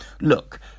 Look